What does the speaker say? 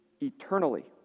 eternally